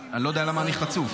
אני לא יודע למה אני חצוף.